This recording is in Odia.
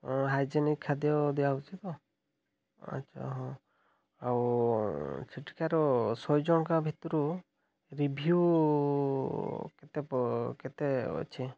ହାଇଜେନିକ୍ ଖାଦ୍ୟ ଦିଆହେଉଛି ତ ଆଚ୍ଛା ହଁ ଆଉ ସେଠିକାର ଶହେ ଜଣଙ୍କା ଭିତରୁ ରିଭ୍ୟୁ କେତେ କେତେ ଅଛି